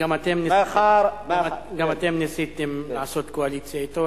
גם אתם ניסיתם לעשות קואליציה אתו,